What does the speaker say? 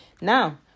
Now